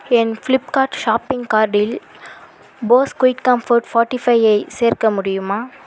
என் Flipkart shopping கார்ட்டில் Bose quiet comfort forty ஃபையை சேர்க்க முடியுமா